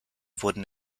wurden